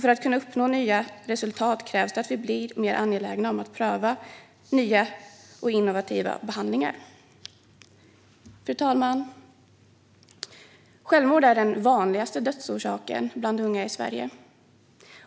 För att kunna uppnå nya resultat krävs det att vi blir mer angelägna att pröva nya och innovativa behandlingar. Fru talman! Självmord är den vanligaste dödsorsaken bland unga i Sverige.